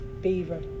Beaver